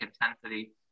intensity